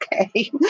okay